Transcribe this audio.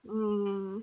mm